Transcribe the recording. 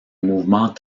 mouvement